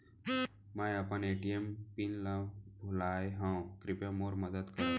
मै अपन ATM pin ला भूलागे हव, कृपया मोर मदद करव